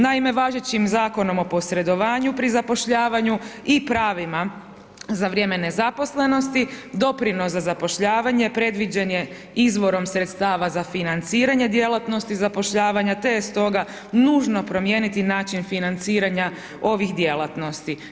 Naime važećim Zakonom o posredovanju pri zapošljavanju i pravima za vrijeme nezaposlenosti doprinos za zapošljavanje predviđen je izvorom sredstava za financiranje djelatnosti zapošljavanja te je stoga nužno promijeniti način financiranja ovih djelatnosti.